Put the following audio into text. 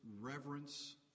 reverence